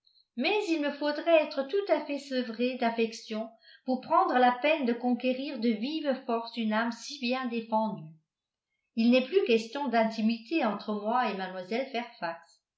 mais il me faudrait être tout à fait sevrée d'affection pour prendre la peine de conquérir de vive force une âme si bien défendue il n'est plus question d'intimité entre moi et mlle fairfax